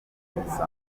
igisambo